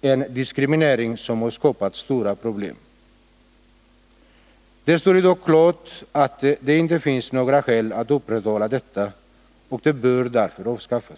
en diskriminering som har skapat stora problem. Det står i dag klart att det inte finns några skäl att upprätthålla detta, och det bör därför avskaffas.